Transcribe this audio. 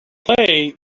play